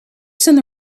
send